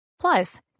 Plus